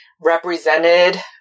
represented